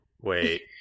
wait